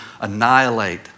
annihilate